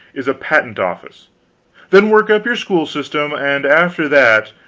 is a patent office then work up your school system and after that,